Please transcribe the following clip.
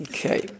Okay